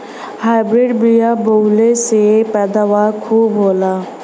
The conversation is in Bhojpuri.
हाइब्रिड बिया बोवले से पैदावार खूब होला